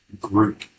group